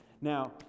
Now